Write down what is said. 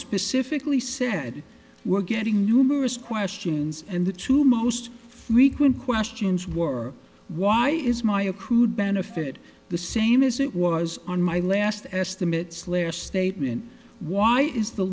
specifically said were getting numerous questions and the two most frequent questions were why is my accrued benefit the same as it was on my last estimates last statement why is the